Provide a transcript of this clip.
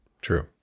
True